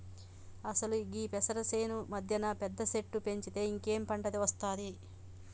అసలు గీ పెసరు సేను మధ్యన పెద్ద సెట్టు పెంచితే ఇంకేం పంట ఒస్తాది